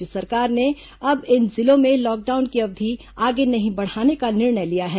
राज्य सरकार ने अब इन जिलों में लॉकडाउन की अवधि आगे नहीं बढ़ाने का निर्णय लिया है